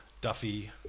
Duffy